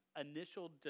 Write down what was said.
initial